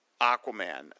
Aquaman